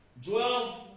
Joel